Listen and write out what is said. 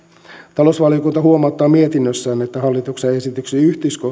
talousvaliokunta huomauttaa mietinnössään että hallituksen esityksen